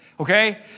Okay